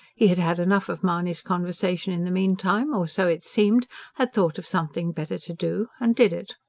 he had had enough of mahony's conversation in the meantime, or so it seemed had thought of something better to do, and did it.